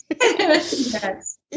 Yes